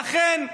ואכן,